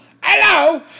Hello